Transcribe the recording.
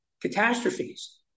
catastrophes